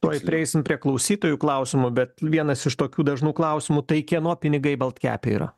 tuoj prieisim prie klausytojų klausimų bet vienas iš tokių dažnų klausimų tai kieno pinigai balt kepe yra